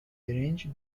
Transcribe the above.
برنج